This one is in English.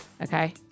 Okay